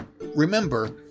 Remember